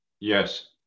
Yes